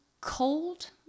cold